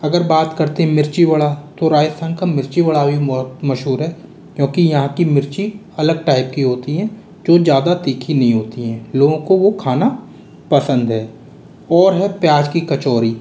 अगर बात करते है मिर्ची वड़ा तो राजस्थान का मिर्ची वड़ा भी बहुत मशहूर है क्योंकि यहाँ की मिर्ची अलग टाइप की होती है जो ज़्यादा तीखी नहीं होती है लोगों को वो खाना पसंद है और है प्याज की कचौड़ी